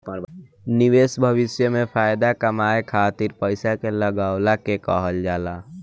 निवेश भविष्य में फाएदा कमाए खातिर पईसा के लगवला के कहल जाला